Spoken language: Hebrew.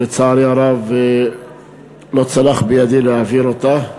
ולצערי הרב לא צלח בידי להעביר אותה.